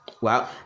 Wow